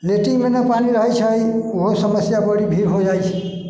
latrine मे नहि पानि रहय छै ओहो समस्या बड़ी भीड़ हो जाइ छै